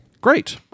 great